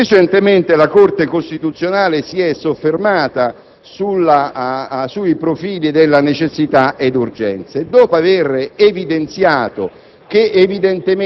Recentemente la Corte costituzionale si è soffermata sui profili della necessità e dell'urgenza e, dopo aver evidenziato